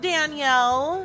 Danielle